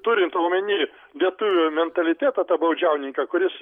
turint omeny lietuvių mentalitetą tą baudžiauninką kuris